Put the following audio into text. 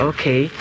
Okay